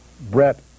Brett